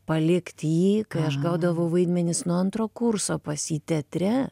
palikt jį kai aš gaudavau vaidmenis nuo antro kurso pas jį teatre